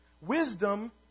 wisdom